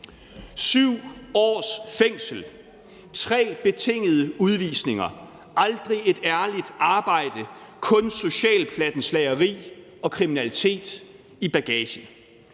7 års fængsel, 3 betingede udvisninger, aldrig et ærligt arbejde, kun socialt plattenslageri og kriminalitet i bagagen.